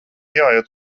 jāiet